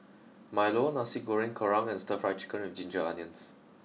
Milo Nasi Goreng Kerang and Stir Fried Chicken with Ginger Onions